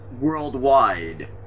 worldwide